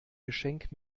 geschenk